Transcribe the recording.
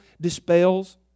dispels